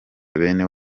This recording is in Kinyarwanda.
bene